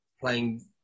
playing